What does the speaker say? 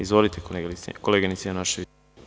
Izvolite koleginice Janošević.